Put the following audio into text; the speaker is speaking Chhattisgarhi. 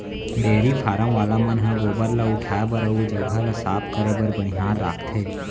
डेयरी फारम वाला मन ह गोबर ल उठाए बर अउ जघा ल साफ करे बर बनिहार राखथें